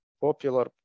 popular